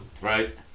right